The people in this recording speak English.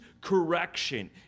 correction